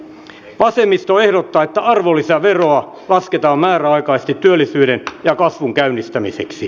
vasemmisto ehdottaa että arvonlisäveroa lasketaan määräaikaisesti työllisyyden ja kasvun käynnistämiseksi